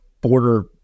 border